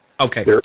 Okay